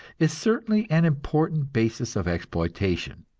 is certainly an important basis of exploitation,